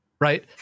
right